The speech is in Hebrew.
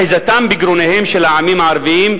אחיזתם בגרונותיהם של העמים הערביים,